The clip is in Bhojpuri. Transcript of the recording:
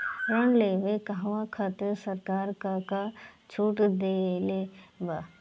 ऋण लेवे कहवा खातिर सरकार का का छूट देले बा?